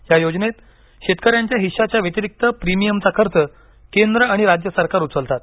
या योजनेत शेतकऱ्याच्या हिश्शाच्या व्यतिरिक्त प्रीमियमचा खर्च केंद्र आणि राज्य सरकारं उचलतात